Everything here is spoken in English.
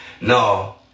No